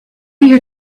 your